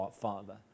father